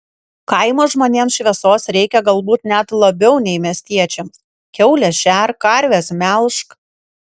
kaimo žmonėms šviesos reikia galbūt net labiau nei miestiečiams kiaules šerk karves melžk